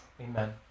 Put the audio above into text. amen